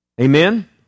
Amen